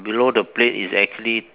below the plate is actually